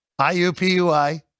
IUPUI